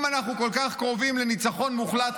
אם אנחנו כל כך קרובים לניצחון מוחלט,